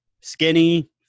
skinny